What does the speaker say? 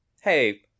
hey